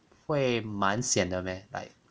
会蛮 sian 的 meh like